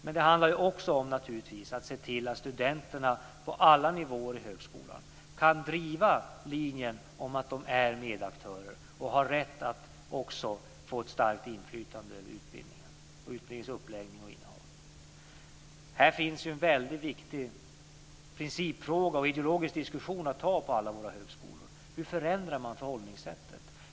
Men det handlar också om att se till att studenterna på alla nivåer i högskolan kan driva linjen om att de är medaktörer och har rätt att också få ett starkt inflytande över utbildningen och utbildningens uppläggning och innehåll. Här finns en väldigt viktig principfråga och ideologisk diskussion att föra på alla våra högskolor. Hur förändrar man förhållningssättet?